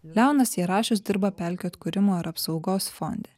leonas jarašius dirba pelkių atkūrimo ir apsaugos fonde